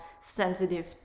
sensitive